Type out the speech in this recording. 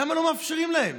למה לא מאפשרים להם?